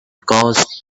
caused